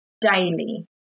daily